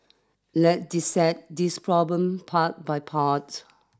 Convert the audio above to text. let dissect this problem part by part